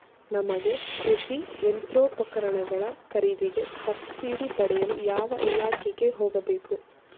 ನಮಗೆ ಕೃಷಿ ಯಂತ್ರೋಪಕರಣಗಳ ಖರೀದಿಗೆ ಸಬ್ಸಿಡಿ ಪಡೆಯಲು ಯಾವ ಇಲಾಖೆಗೆ ಹೋಗಬೇಕು?